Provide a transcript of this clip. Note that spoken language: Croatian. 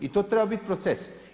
I to treba biti proces.